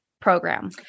program